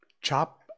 Chop